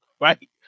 Right